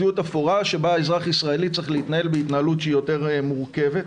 שבה האזרח הישראלי צרך להתנהל בהתנהלות שהיא יותר מורכבת,